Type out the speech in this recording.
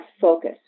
focus